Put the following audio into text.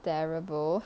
terrible